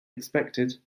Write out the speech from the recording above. expected